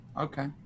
okay